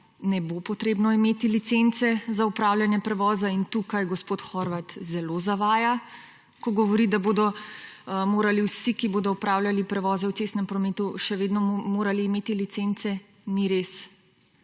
ne bo potrebno imeti licence za opravljanje prevoza. In tukaj, gospod Horvat, zelo zavaja ko govori, da bodo morali vsi, ki bodo opravljali prevoze v cestnem prometu še vedno morali imeti licence. Ni res.